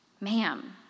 Ma'am